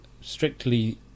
Strictly